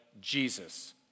Jesus